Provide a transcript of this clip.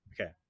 okay